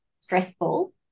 stressful